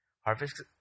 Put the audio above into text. Harvest